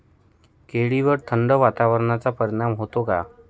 केळीवर थंड वातावरणाचा परिणाम होतो का?